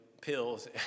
pills